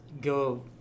go